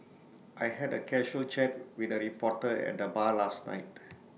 I had A casual chat with A reporter at the bar last night